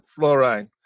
fluoride